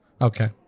Okay